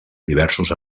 diversos